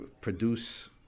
produce